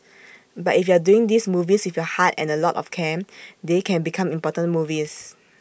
but if you're doing these movies with your heart and A lot of care they can become important movies